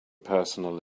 personal